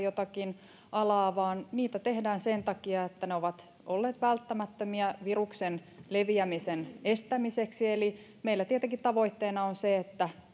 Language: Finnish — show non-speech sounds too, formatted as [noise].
[unintelligible] jotakin alaa vaan niitä tehdään sen takia että ne ovat olleet välttämättömiä viruksen leviämisen estämiseksi eli meillä tietenkin tavoitteena on se että [unintelligible]